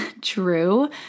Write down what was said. true